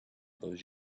those